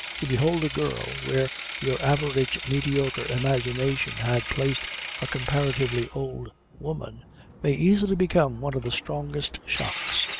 to behold a girl where your average mediocre imagination had placed a comparatively old woman may easily become one of the strongest shocks.